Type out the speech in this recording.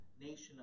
nation